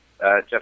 Jeff